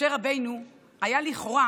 משה רבנו היה לכאורה